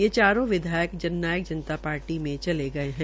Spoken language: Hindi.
ये चारों विधायक जन नायक जनता पार्टी मे चले गये है